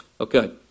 Okay